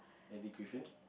Eddie Griffin